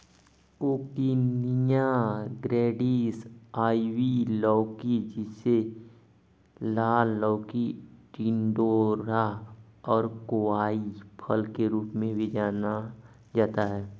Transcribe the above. coccinia grandis, ivy लौकी, जिसे लाल लौकी, टिंडोरा और कोवाई फल के रूप में भी जाना जाता है